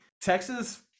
Texas